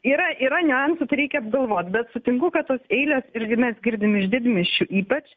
yra yra niuansų tai reikia apgalvot bet sutinku kad tos eilės irgi mes girdim iš didmiesčių ypač